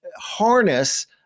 harness